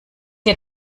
dir